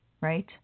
right